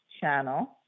channel